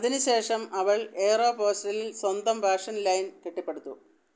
അതിനുശേഷം അവൾ എയറോപോസ്റ്റലിൽ സ്വന്തം ഫാഷൻ ലൈൻ കെട്ടിപ്പടുത്തു